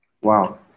Wow